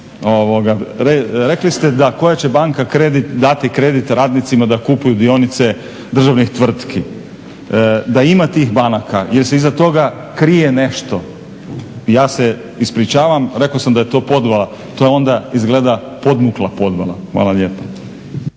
rekli ste da koja će banka dati kredit radnicima da kupuju dionice državnih tvrtki, da ima tih banaka jer se iza toga krije nešto. Ja se ispričavam, rekao sam da je to podvala. To je onda izgleda podmukla podvala. Hvala lijepa.